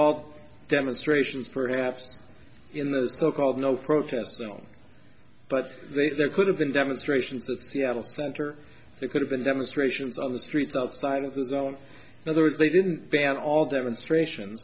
all demonstrations perhaps in the so called no protest film but there could have been demonstrations the seattle center it could have been demonstrations on the streets outside of the zone in other words they didn't ban all demonstration